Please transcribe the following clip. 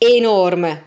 enorme